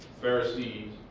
Pharisees